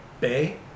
Bay